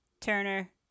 turner